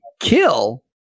kill